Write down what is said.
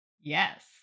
Yes